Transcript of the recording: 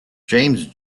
james